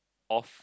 off